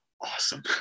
Awesome